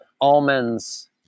almonds